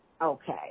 Okay